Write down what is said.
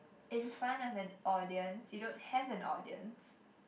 in front of an audience you don't have an audience